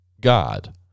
God